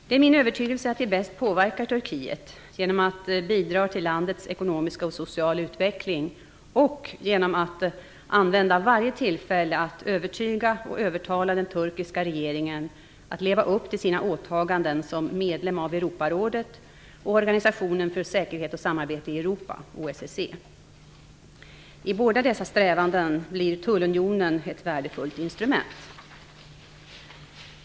Det är min övertygelse att vi bäst påverkar Turkiet genom att bidra till landets ekonomiska och sociala utveckling och genom att använda varje tillfälle att övertyga och övertala den turkiska regeringen att leva upp till sina åtaganden som medlem av Europarådet och Organisationen för säkerhet och samarbete i Europa, OSSE. I båda dessa strävanden blir tullunionen ett värdefullt instrument.